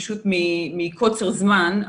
פשוט מקוצר זמן,